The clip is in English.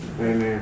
Amen